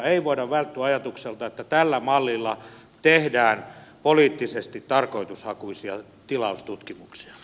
ei voi välttyä ajatukselta että tällä mallilla tehdään poliittisesti tarkoitushakuisia tilaustutkimuksia